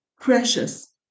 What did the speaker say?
precious